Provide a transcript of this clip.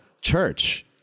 church